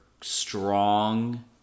strong